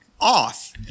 off